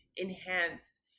enhance